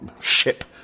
ship